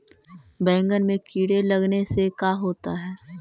बैंगन में कीड़े लगने से का होता है?